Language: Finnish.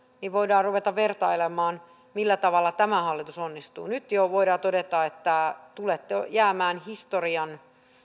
voidaan ruveta vertailemaan millä tavalla tämä hallitus onnistuu nyt jo voidaan todeta että tulette jäämään historiaan